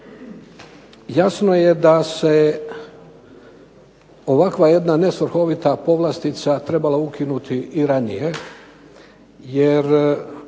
jasno je da se ovakva jedna nesvrhovita povlastica trebala ukinuti i ranije jer